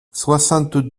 soixante